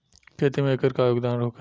खेती में एकर का योगदान होखे?